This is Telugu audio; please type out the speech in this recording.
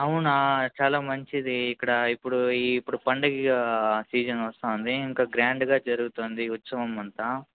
అవునా చాలా మంచిది ఇక్కడ ఇప్పుడు ఇప్పుడు పండగ సీజన్ వస్తుంది ఇంకా గ్రాండ్గా జరుగుతుంది ఉత్సవం అంతా